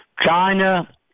China